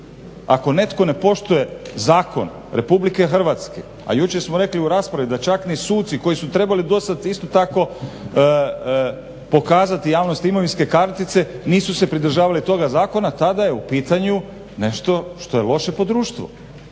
Ako netko ne poštuje zakon RH, a jučer smo rekli u raspravi da čak ni suci koji su trebali do sada isto tako pokazati javnosti imovinske kartice, nisu se pridržavali toga zakona. Tada je u pitanju nešto što je loše po društvu.